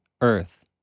earth